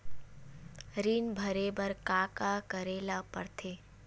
ऋण भरे बर का का करे ला परथे?